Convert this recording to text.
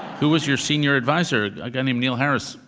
who was your senior advisor? a guy named neil harris.